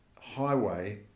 highway